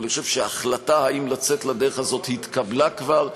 אבל אני חושב שהחלטה אם לצאת לדרך הזאת התקבלה כבר,